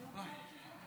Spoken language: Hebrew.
אדוני היושב-ראש.